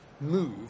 move